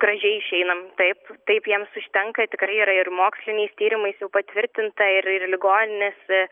gražiai išeinam taip taip jiems užtenka tikrai yra ir moksliniais tyrimais patvirtinta ir ir ligoninėse